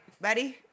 buddy